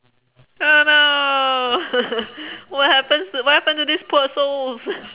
oh no what happens to what happened to these poor souls